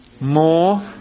More